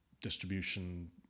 distribution